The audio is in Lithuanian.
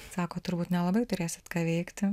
sako turbūt nelabai turėsit ką veikti